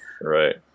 right